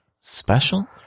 special